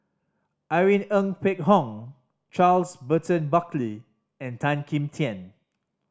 Irene Ng Phek Hoong Charles Burton Buckley and Tan Kim Tian